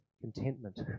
contentment